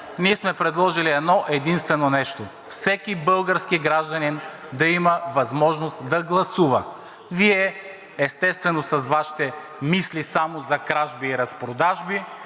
ние сме предложили едно-единствено нещо. Всеки български гражданин да има възможност да гласува. Вие, естествено, с Вашите мисли само за кражби и разпродажби